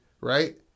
right